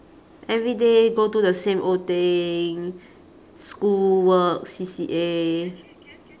every day go do the same old thing school work C_C_A